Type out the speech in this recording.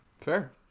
Fair